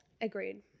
Agreed